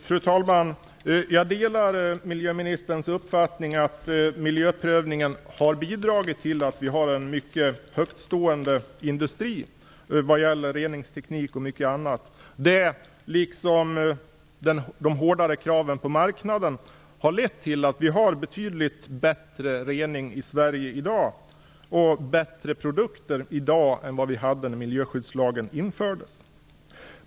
Fru talman! Jag delar miljöministerns uppfattning att miljöprövningen har bidragit till att vi har en mycket högtstående industri vad gäller reningsteknik och mycket annat. Det, liksom de hårdare kraven på marknaden, har lett till att vi har betydligt bättre rening och produkter i Sverige i dag än vad vi hade när miljöskyddslagen infördes.